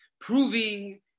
proving